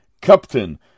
captain